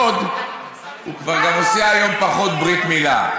מאוד, הוא כבר גם עושה היום פחות ברית מילה.